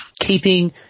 keeping